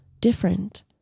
different